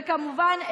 וכמובן,